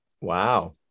Wow